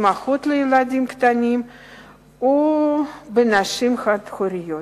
באמהות לילדים קטנים ובנשים חד-הוריות.